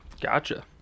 gotcha